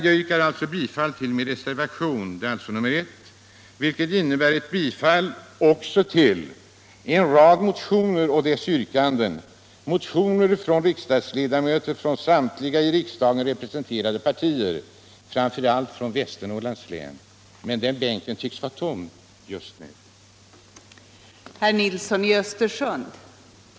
Jag yrkar alltså bifall till min reservation, nr 1, vilket också innebär bifall till en rad motioner och yrkanden i dem —- motioner av riksdagsledamöter från samtliga i riksdagen representerade partier, framför allt från Västernorrlands län. Men den bänken tycks vara tom just nu. Inte en enda ledamot från Västernorrland är i kammaren just nu då frågan om Ånge behandlas, trots att samtliga motionerat i denna fråga.